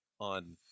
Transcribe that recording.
on